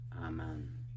Amen